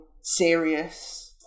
serious